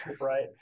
right